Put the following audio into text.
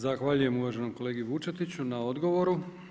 Zahvaljujem uvaženom kolegi Vučetiću na odgovoru.